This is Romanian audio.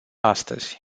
astăzi